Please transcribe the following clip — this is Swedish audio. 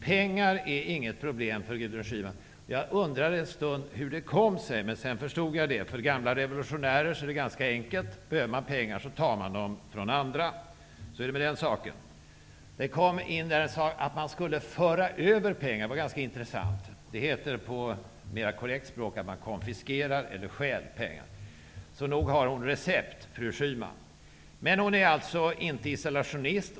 Pengar är inget problem för Gudrun Schyman. Jag undrade en stund hur det kom sig. Men sedan förstod jag. För gamla revolutionärer är det ganska enkelt: Behöver man pengar tar man dem från andra. Så är det med den saken. Där var ett inslag om att föra över pengar. Det var ganska intressant. Det kallas på ett mera korrekt språk för att konfiskera eller stjäla pengar. Nog har fru Schyman tillgång till recept.